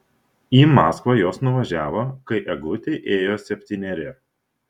į maskvą jos nuvažiavo kai eglutei ėjo septyneri